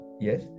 yes